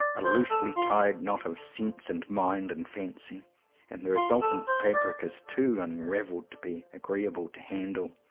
a loosely-tied knot of sense and mind and fancy and the resultant fabric is too unraveled to be agreeable to handle.